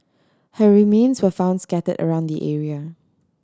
her remains were found scatter around the area